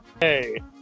Hey